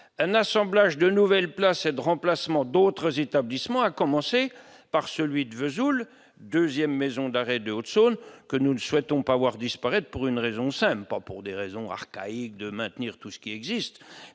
un assemblage de nouvelles places de remplacement d'autres établissements, à commencer par celui de Vesoul 2ème maison d'arrêt de Haute-Saône, que nous ne souhaitons pas voir disparaître pour une raison simple, pas pour des raisons archaïque de maintenir tout ce qui existe,